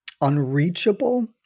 unreachable